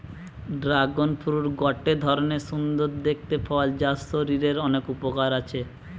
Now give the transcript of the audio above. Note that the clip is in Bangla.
ড্রাগন ফ্রুট গটে ধরণের সুন্দর দেখতে ফল যার শরীরের অনেক উপকার আছে